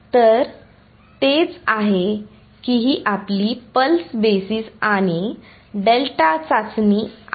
तर तेच आहे की ही आपली पल्स बेसिस आणि डेल्टा चाचणी आहे